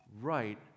right